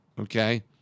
okay